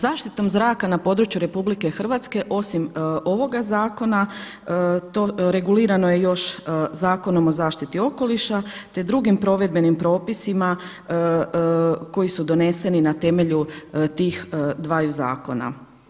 Zaštitom zraka na području RH osim ovoga zakona regulirano je još Zakonom o zaštiti okoliša te drugim provedbenim propisima koji su doneseni na temelju tih dvaju zakona.